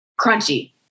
Crunchy